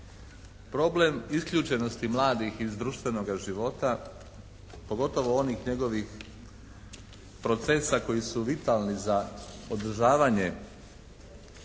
Problem isključenosti mladih iz društvenoga života, pogotovo onih njegovih procesa koji su vitalni za održavanje